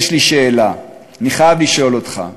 יש לי שאלה, אני חייב לשאול אותך: